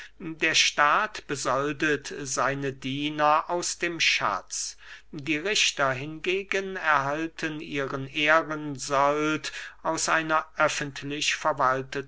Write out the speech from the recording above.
der staat besoldet seine diener aus dem schatz die richter hingegen erhalten ihren ehrensold aus einer öffentlich verwalteten